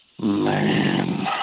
Man